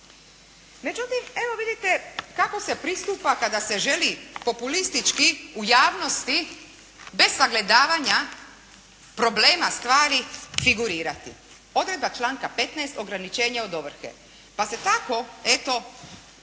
Međutim, evo vidite kako se pristupa kada se želi populistički u javnosti bez sagledavanja problema stvari figurirati. Odredba članka 15. ograničenje od ovrhe, pa se tako eto